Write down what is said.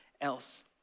else